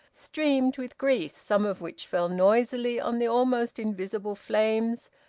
streamed with grease, some of which fell noisily on the almost invisible flames,